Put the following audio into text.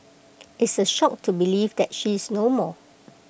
it's A shock to believe that she is no more